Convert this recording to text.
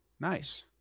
Nice